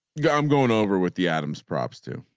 guy. i'm going over with the adams props too.